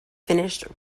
finished